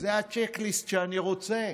זה הצ'ק ליסט שאני רוצה.